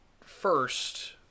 first